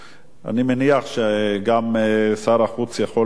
אני מניח שגם שר החוץ יכול לעשות את זה,